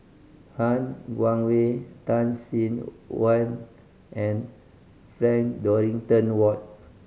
Han Guangwei Tan Sin Aun and Frank Dorrington Ward